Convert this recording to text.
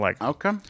Okay